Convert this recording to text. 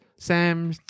Sam